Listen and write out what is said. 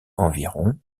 environ